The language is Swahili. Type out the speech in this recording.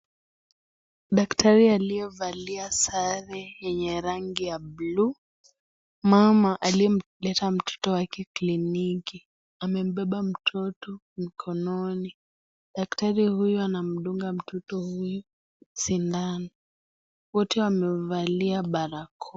Daktari aliyevalia sare yenye rangi ya buluu mama aliyeleta mtoto wake kliniki amembeba mtoto mikononi, daktari huyu anamdunga mtoto huyu sindano wote wamevalia barakoa.